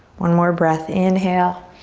one more breath, inhale.